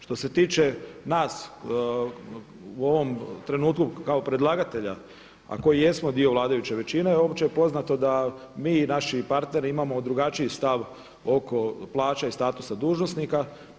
Što se tiče nas u ovom trenutku kao predlagatelja a koji jesmo dio vladajuće većine opće je poznato da mi i naši partneri imamo drugačiji stav oko plaća i statusa dužnosnika.